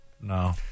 No